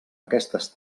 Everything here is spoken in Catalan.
aquestes